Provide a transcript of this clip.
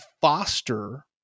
foster